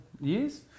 years